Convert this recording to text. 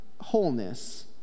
wholeness